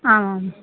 आम्